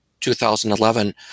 2011